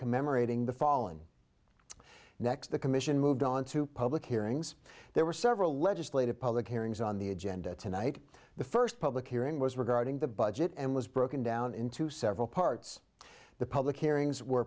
commemorating the fallen next the commission moved on to public hearings there were several legislative public hearings on the agenda tonight the first public hearing was regarding the budget and was broken down into several parts the public hearings were